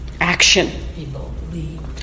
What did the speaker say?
action